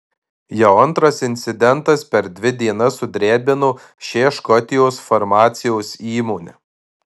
jau antras incidentas per dvi dienas sudrebino šią škotijos farmacijos įmonę